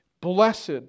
blessed